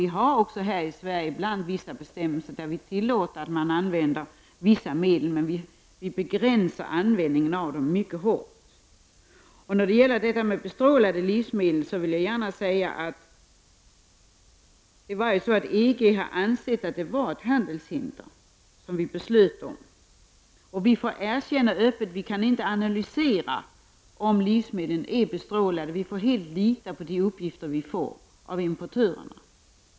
Det finns också här i Sverige bestämmelser som gör att vi tillåter vissa medel, men vi begränsar användningen av dem mycket hårt. När det gäller frågan om de bestrålade livsmedlen har EG ansett att det svenska beslutet utgöra ett handelshinder. Det skall öppet erkännas att vi inte kan analysera om livsmedlen är bestrålade. Vi får helt lita på de uppgifter vi får av importörerna.